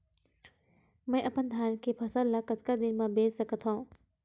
मैं अपन धान के फसल ल कतका दिन म बेच सकथो?